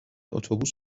اتوبوس